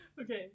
Okay